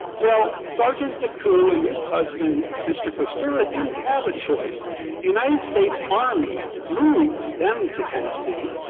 well, sergeant dekoe and his husband, mr. kostura, didn't have a choice. the united states army moved them to tennessee,